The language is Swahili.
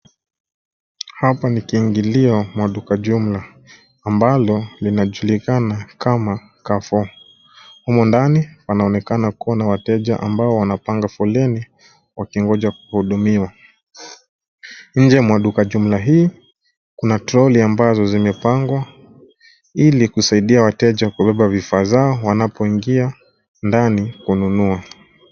Hapa ni kiingilio mwa duka jumla ambalo linajulikana kama Carrefour. Humo ndani panaonekana kuwa na wateja ambao wanapanga foleni wakingoja kuhudumiwa. Nje mwa duka jumla hii kuna troli ambazo zimepangwa ili kusaidia wateja kubeba vifaa zao wanapoingia ndani kununua.